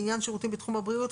לעניין שירותים בתחום הבריאות,